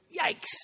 yikes